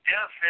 Yes